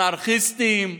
אנרכיסטים,